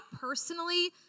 personally